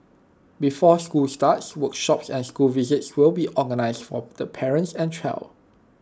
before school starts workshops and school visits will be organised for the parents and child